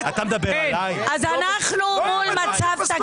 אז אנחנו מול מצב תקדימי?